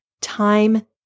time